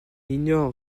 ignore